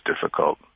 difficult